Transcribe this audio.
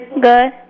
Good